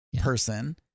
person